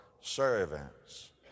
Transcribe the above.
servants